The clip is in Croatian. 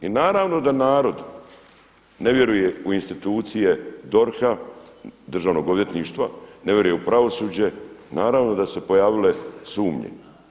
I naravno da narod ne vjeruje u institucije DORH-a, Državnog odvjetništva ne vjeruje u pravosuđe, naravno da su se pojavile sumnje.